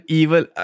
evil